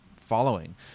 following